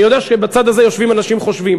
אני יודע שבצד הזה יושבים אנשים חושבים.